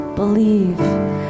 believe